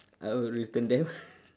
I will return them